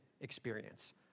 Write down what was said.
experience